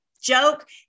joke